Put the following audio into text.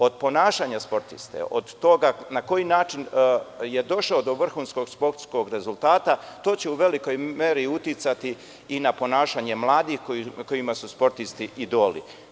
Od ponašanja sportiste, od toga na koji način je došao do vrhunskog sportskog rezultata to će u velikoj meri uticati i na ponašanje mladih kojima su sportisti idoli.